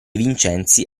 vincenzi